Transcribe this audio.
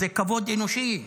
זה כבוד אנושי.